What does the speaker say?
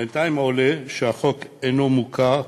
בינתיים עולה שהחוק אינו מוכר,